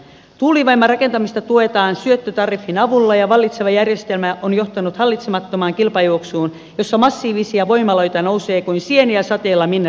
tuulivoiman rakentamista tuetaan syöttötariffin avulla ja vallitseva järjestelmä on johtanut hallitsemattomaan kilpajuoksuun jossa massiivisia voimaloita nousee kuin sieniä sateella minne sattuu